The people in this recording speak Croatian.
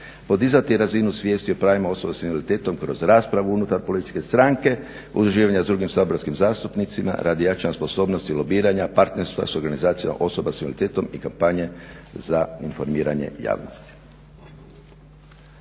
podizati razinu svijesti o pravima osoba s invaliditetom kroz raspravu unutar političke stranke, udruživanje s drugim saborskim zastupnicima radi jačanja sposobnosti, lobiranja, partnerstva s organizacijama osoba s invaliditetom i kampanje za informiranje javnosti.